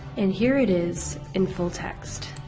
and here it is, in full-text.